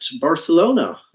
Barcelona